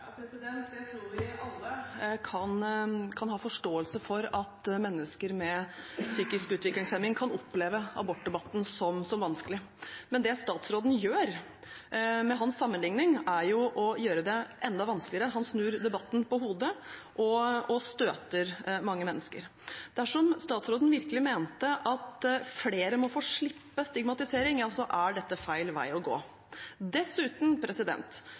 Jeg tror vi alle kan ha forståelse for at mennesker med psykisk utviklingshemning kan oppleve abortdebatten som vanskelig. Men det statsråden gjør med sin sammenligning, er å gjøre det enda vanskeligere. Han snur debatten på hodet og støter mange mennesker. Dersom statsråden virkelig mente at flere må få slippe stigmatisering, er dette feil vei å gå. Dessuten